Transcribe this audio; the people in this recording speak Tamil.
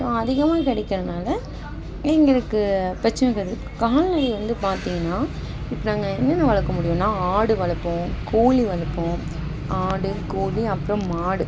ஸோ அதிகமாக கிடைக்கிறனால எங்களுக்கு ப்ரச்சனை கிடையாது கால்நடை வந்து பார்த்தீங்கன்னா இப்போ நாங்கள் என்னென்ன வளர்க்க முடியும்னா ஆடு வளர்ப்போம் கோழி வளர்ப்போம் ஆடு கோழி அப்புறம் மாடு